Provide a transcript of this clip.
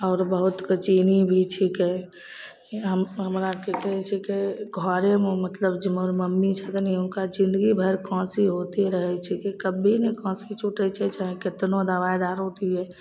आओर बहुत कऽ चीनी भी छिकै हम हमरा की कहैत छिकै घरेमे मतलब जे हम्मर मम्मी छथिन हुनका जिंदगी भरि खाँसी होइते रहैत छिकै कभी नहि खाँसी छूटैत छै चाहे कितनो दबाइ दारू दिए